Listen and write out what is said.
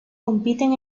compiten